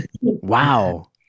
Wow